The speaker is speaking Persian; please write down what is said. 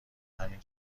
همین